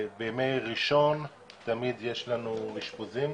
שבימי ראשון תמיד יש לנו אשפוזים,